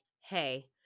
Hey